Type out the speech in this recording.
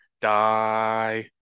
die